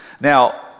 Now